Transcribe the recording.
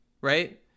Right